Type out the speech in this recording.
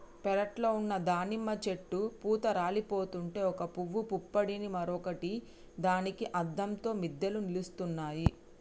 పెరట్లో ఉన్న దానిమ్మ చెట్టు పూత రాలిపోతుంటే ఒక పూవు పుప్పొడిని మరొక దానికి అద్దంతో పిందెలు నిలుస్తున్నాయి